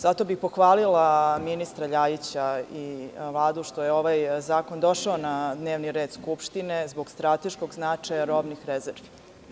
Zato bih pohvalila ministra Ljajića i Vladu što je ovaj zakon došao na dnevni red Skupštine, zbog strateškog značaja robnih rezervi.